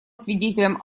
свидетелем